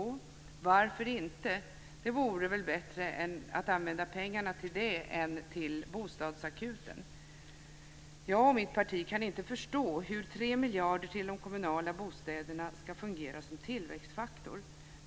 Varför inte? Det vore väl bättre att använda pengarna till det än till Bostadsakuten. Jag och mitt parti kan inte förstå hur 3 miljarder till de kommunala bostäderna ska fungera som tillväxtfaktor.